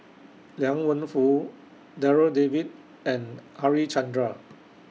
Liang Wenfu Darryl David and Harichandra